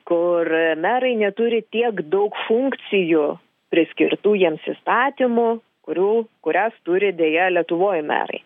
kur merai neturi tiek daug funkcijų priskirtų jiems įstatymų kurių kurias turi deja lietuvoj merai